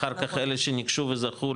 אחר כך אלה שניגשו וזכו,